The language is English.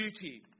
duty